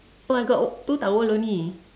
oh I got two towel only